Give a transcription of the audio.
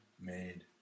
made